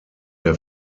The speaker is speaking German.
der